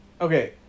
Okay